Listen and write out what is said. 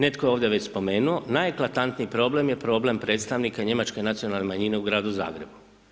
Netko je ovdje već spomenuo, najeklatantniji problem je problem predstavnika njemačke nacionalne manjine u Gradu Zagrebu.